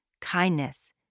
kindness